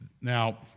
Now